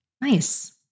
Nice